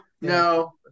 no